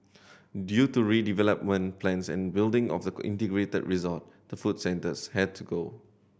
due to redevelopment plans and building of the integrated resort the food centres had to go